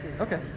okay